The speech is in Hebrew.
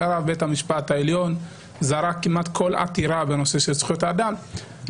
הרב בית המשפט העליון זרק כמעט כל עתירה בנושא של זכויות אדם.